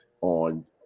on